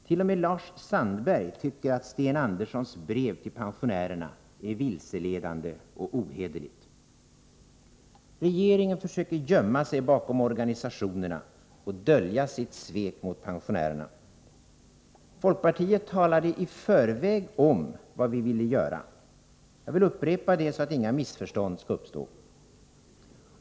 T. o. m. Lars Sandberg tycker att Sten Anderssons brev till pensionärerna är vilseledande och ohederligt. Regeringen försöker gömma sig bakom organisationerna och dölja sitt svek mot pensionärerna. Vi talade i förväg om vad folkpartiet ville göra. Jag vill upprepa det så att inga missförstånd skall uppstå.